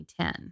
2010